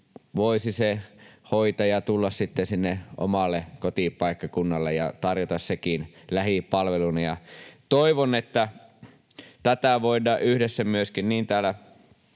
voisi se hoitaja tulla sinne omalle kotipaikkakunnalle ja tarjota senkin lähipalveluna. Toivon, että tätä voidaan yhdessä niin